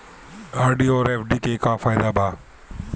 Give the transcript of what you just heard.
RD आउर FD के का फायदा बा?